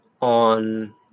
on